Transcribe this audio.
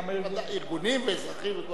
ארגונים ואזרחים וכל,